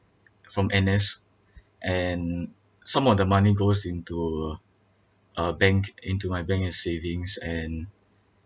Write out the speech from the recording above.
from N_S and some of the money goes into uh bank into my bank and savings and